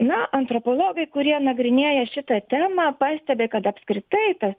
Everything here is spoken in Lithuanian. na antropologai kurie nagrinėja šitą temą pastebi kad apskritai tas